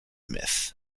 myth